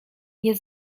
nie